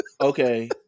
Okay